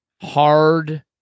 hard